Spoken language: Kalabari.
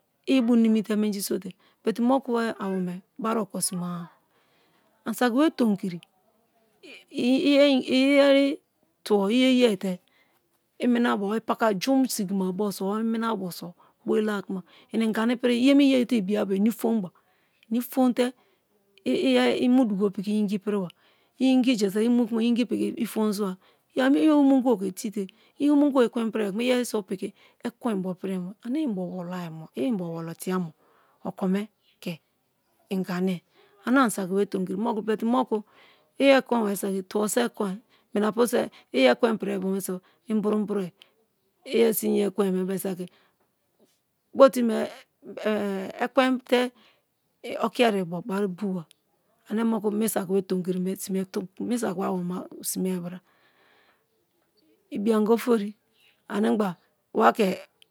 L lbunimi te menji so te but moku be awome bari okosima-a anisaki be tomikiri iyeri tubo iye-yai te iminabo or ipakabo, jein sigimabo so̠ or iminabo so̠ bo̠ ilakuma i ingani ipiri iyeme yeye ke ibiya bese i ifomba i ifomte i mu dugo ingi piriba, ingi jasaki i̠ mu kuma ingi piki ifom sawa. Ya me̠-e̠ i omongibo ke ti̠te̠ iyomongibo ekwen kuma iyeriso piki ekwen inbo pirim ane i̠ inbo wolaimo i̠ inbo wolotia mo̠ okome ke̠ inganiye-ane ani saki we̠ tomikiri moku but moku i̠ ekwen saki̠ tu̠wo so̠ ekwe̠in minapuso i̠ ekwen pirie bobe so̠ imbru-brue. Iyeriso i̠nye mi̠e ekw ein saki kpoti me ekwente okiyeribo bari bo̠a ane moku mi̠-saki be tomik-i̠ri̠ me sime mi-sakibo awome-ma simea-ri bra ibi-anga ofori animgba wake̠.